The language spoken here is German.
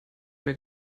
mehr